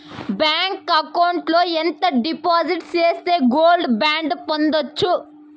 Bank account లో ఎంత డిపాజిట్లు సేస్తే గోల్డ్ బాండు పొందొచ్చు?